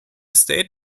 state